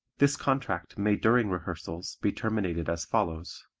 this contract may during rehearsals be terminated as follows